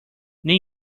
new